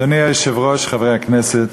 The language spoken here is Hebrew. אדוני היושב-ראש, חברי הכנסת,